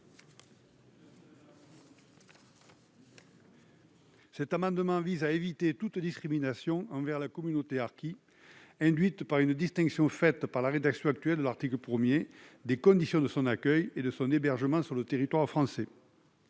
Cet amendement vise à éviter toute discrimination envers la communauté harkie, induite par une distinction fondée, dans la rédaction actuelle de l'article 1, sur les conditions d'accueil et d'hébergement sur le territoire français.